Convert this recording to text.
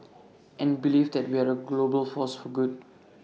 and believe that we are A global force for good